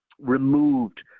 removed